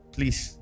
Please